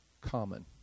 common